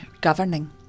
governing